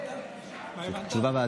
תודה רבה,